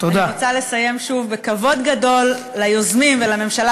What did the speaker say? אני רוצה לסיים שוב בכבוד גדול ליוזמים ולממשלה,